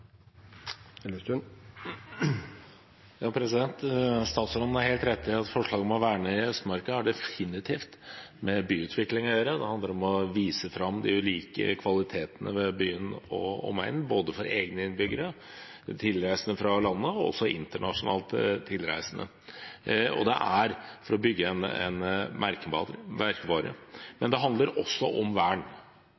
Statsråden har helt rett i at forslaget om å verne i Østmarka definitivt har med byutvikling å gjøre. Det handler om å vise fram de ulike kvalitetene ved byen og omegnen, både for egne innbyggere, tilreisende fra landet for øvrig og også for internasjonalt tilreisende. Det er for å bygge en